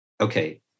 okay